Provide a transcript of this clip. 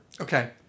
Okay